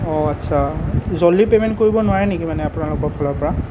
আচ্ছা জল্ডি পেমেন্ট কৰিব নোৱাৰে নেকি মানে আপোনালোকৰ ফালৰপৰা